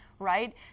Right